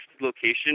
location